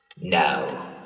Now